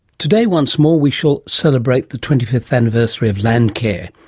today, once more we shall celebrate the twenty fifth anniversary of landcare.